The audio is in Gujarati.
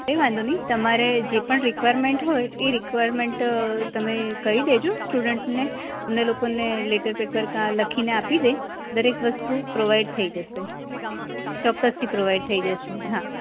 કઈ વાંધો નહીં તમારે જે પણ રિકવાયરમેન્ટ હોય એ રિકવાયરમેન્ટ તમે કહી દેજો સ્ટુડન્ટને અમને લોકોને લેટર પેડ પર કા લખીને આપી દે દરેક વસ્તુ પ્રોવાઇડ થઈ જશે ચોક્કસથી પ્રોવાઇડ થઈ જશે હા